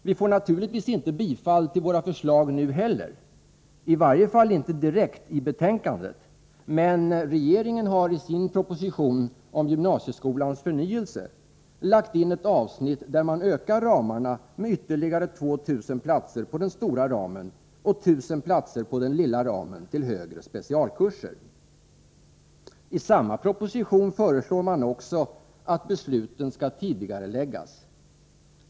Vi får naturligtvis inte bifall till våra förslag nu heller, i varje fall inte direkt i betänkandet, men regeringen har i sin proposition om gymnasieskolans förnyelse lagt in ett avsnitt, där man ökar ramarna med ytterligare 2 000 platser på den stora ramen och 1 000 platser på den lilla ramen till högre specialkurser. I samma proposition föreslår man också att besluten skall tidigareläggas.